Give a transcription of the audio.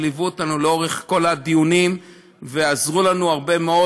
שליוו אותנו לאורך כל הדיונים ועזרו לנו הרבה מאוד